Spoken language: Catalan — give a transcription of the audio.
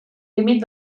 límit